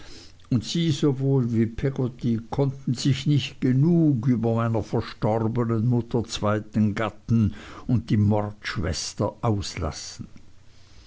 und sie sowohl wie peggotty konnten sich nicht genug über meiner verstorbnen mutter zweiten gatten und die mordschwester auslassen